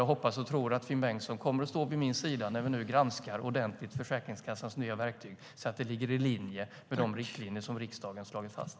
Jag hoppas och tror att Finn Bengtsson kommer att stå vid min sida när vi ordentligt granskar att Försäkringskassans nya verktyg följer de riktlinjer som riksdagen slagit fast.